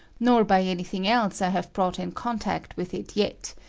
nor by any thing else i have brought in contact with it yet,